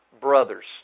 brothers